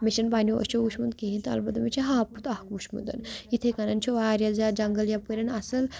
مےٚ چھِنہٕ پنٛنہِ أچھو وُچھمُت کِہیٖنۍ تہٕ البتہ مےٚ چھِ ہاپُت اَکھ وُچھمُت یِتھَے کٔنَن چھِ واریاہ زیادٕ جنٛگَل یَپٲرٮ۪ن اَصٕل